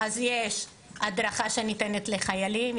אז יש הדרכה שניתנת לחיילים,